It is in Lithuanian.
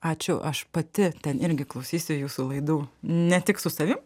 ačiū aš pati ten irgi klausysiu jūsų laidų ne tik su savim